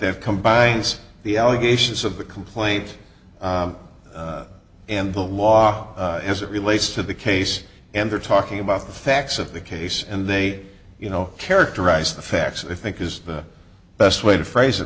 that combines the allegations of the complaint and the law as it relates to the case and they're talking about the facts of the case and they you know characterize the facts i think is the best way to phrase it